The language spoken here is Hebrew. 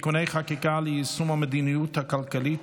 (תיקוני חקיקה ליישום המדיניות הכלכלית